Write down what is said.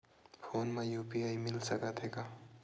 Phone मा UPI मिल सकत हे का?